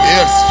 Yes